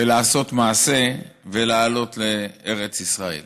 ולעשות מעשה ולעלות לארץ ישראל.